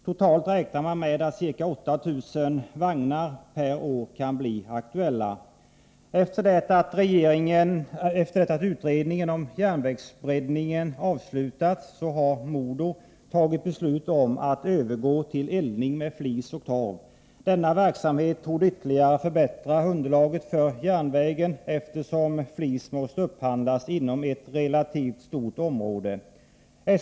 Totalt räknar man med att det kan bli aktuellt med ca 8 000 vagnar per år. Efter det att utredningen om järnvägsbreddningen avslutats har MoDo tagit beslut om att övergå till eldning med flis och torv. Denna verksamhet torde ytterligare förbättra underlaget för järnvägen, eftersom flis måste upphandlas inom ett relativt stort område.